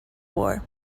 war